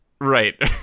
Right